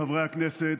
חברי הכנסת,